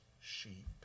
sheep